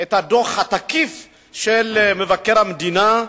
את הדוח התקיף של מבקר המדינה,